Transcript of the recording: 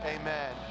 Amen